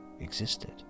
existed